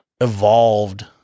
evolved